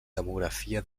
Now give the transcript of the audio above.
demografia